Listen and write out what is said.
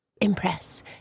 impress